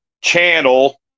channel